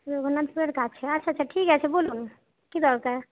রঘুনাথপুরের কাছে আচ্ছা আচ্ছা ঠিক আছে বলুন কী দরকার